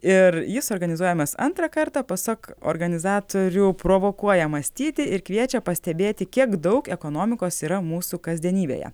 ir jis organizuojamas antrą kartą pasak organizatorių provokuoja mąstyti ir kviečia pastebėti kiek daug ekonomikos yra mūsų kasdienybėje